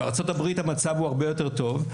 בארצות הברית המצב הרבה יותר טוב.